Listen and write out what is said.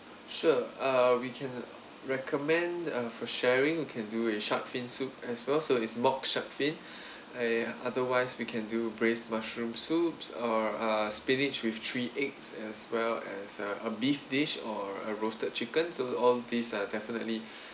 sure uh we can recommend uh for sharing we can do is shark fin soup as well so is mock shark fin uh otherwise we can do braised mushroom soups or uh spinach with three eggs as well as uh a beef dish or a roasted chicken so all of these are definitely